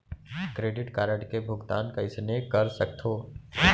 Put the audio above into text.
Credit card के भुगतान कईसने कर सकथो?